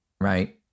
right